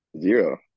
Zero